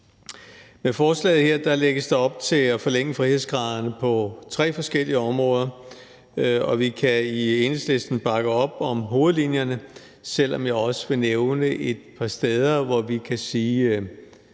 Med forslaget her lægges der op til at forlænge frihedsgraderne på tre forskellige områder, og vi kan i Enhedslisten bakke op om hovedlinjerne, selv om jeg også vil nævne et par steder, hvor vi ikke kan sige,